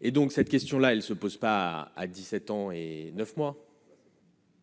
Et donc cette question-là, elle se pose pas à 17 ans et 9 mois.